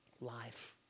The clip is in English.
Life